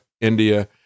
India